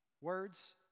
words